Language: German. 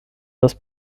das